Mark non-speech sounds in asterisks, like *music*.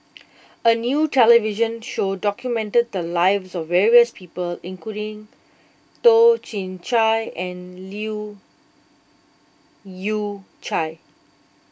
*noise* a new television show documented the lives of various people including Toh Chin Chye and Leu Yew Chye